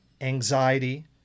anxiety